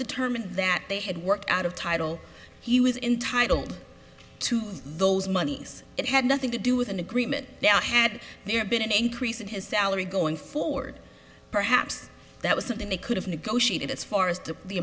determined that they had worked out of title he was entitle to those monies it had nothing to do with an agreement that had there been an increase in his salary going forward perhaps that was something they could have negotiated as far as to the